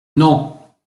non